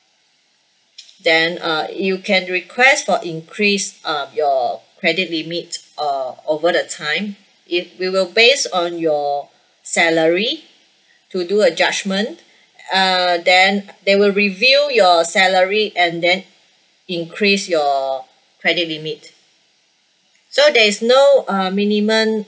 then uh you can request for increase uh your credit limit uh over the time if we will based on your salary to do a judgment uh then they will review your salary and then increase your credit limit so there is no uh minimum